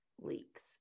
leaks